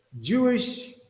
Jewish